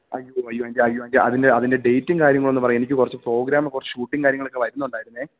അയ്യോ അയ്യോ ൻ്റെ അയ്യോ അതിൻ്റെ അതിൻ്റെ ഡേറ്റും കാര്യങ്ങളൊന്ന് പറയോ എനിക്ക് കൊറച്ച് പ്രോഗ്രാമും കൊറച്ച് ഷൂട്ടും കാര്യങ്ങളൊക്കെ വരുന്നുണ്ടായിരുന്നെ